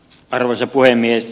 arvoisa puhemies